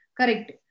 Correct